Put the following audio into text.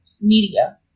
media